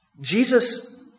Jesus